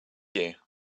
you